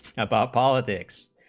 about politics,